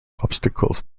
obstacles